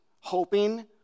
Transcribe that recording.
hoping